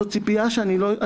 זו ציפייה שאני לא מכיר.